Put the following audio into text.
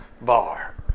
bar